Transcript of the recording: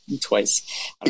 twice